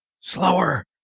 slower